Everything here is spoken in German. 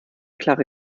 klare